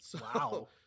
Wow